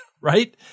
Right